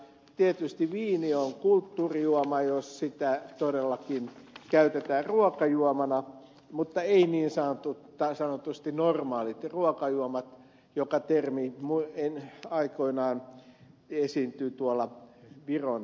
tietysti viini on kulttuurijuoma jos sitä todellakin käytetään ruokajuomana mutta eivät niin sanotusti normaalit ruokajuomat joka termi aikoinaan esiintyi tuolla viron matkalla